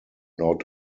not